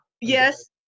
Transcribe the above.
Yes